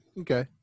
Okay